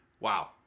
Wow